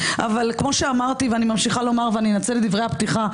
אבל כמו שאמרתי ואני ממשיכה לומר ואני אנצל את דברי הפתיחה,